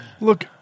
Look